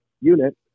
unit